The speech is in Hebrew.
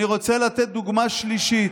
אני רוצה לתת דוגמה שלישית.